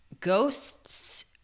ghosts